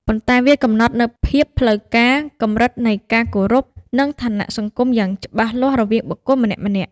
ប៉ុន្តែវាកំណត់នូវភាពផ្លូវការ កម្រិតនៃការគោរព និងឋានៈសង្គមយ៉ាងច្បាស់លាស់រវាងបុគ្គលម្នាក់ៗ។